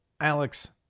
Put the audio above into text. Alex